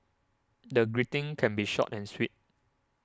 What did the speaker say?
the greeting can be short and sweet